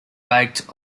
baked